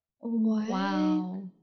Wow